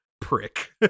prick